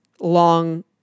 long